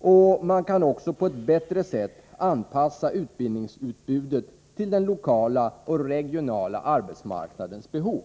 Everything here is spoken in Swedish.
och man kan på ett bättre sätt anpassa utbildningsutbudet till den lokala och regionala arbetsmarknadens behov.